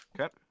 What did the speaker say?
Okay